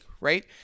Right